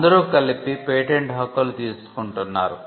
అందరు కలిపి పేటెంట్ హక్కులు తీసుకుంటున్నారు